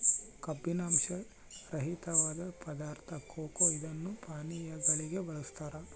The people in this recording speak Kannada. ಕಬ್ಬಿನಾಂಶ ರಹಿತವಾದ ಪದಾರ್ಥ ಕೊಕೊ ಇದನ್ನು ಪಾನೀಯಗಳಿಗೂ ಬಳಸ್ತಾರ